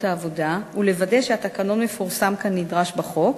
העבודה ולוודא שהתקנון מפורסם כנדרש בחוק,